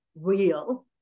real